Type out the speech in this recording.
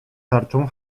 tarczą